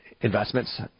investments